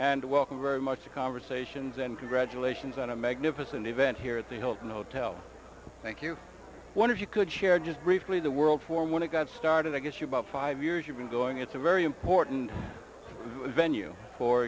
welcome very much to conversations and congratulations on a magnificent event here at the hilton hotel thank you one if you could share just briefly the world for when it got started i guess about five years you've been going it's a very important venue for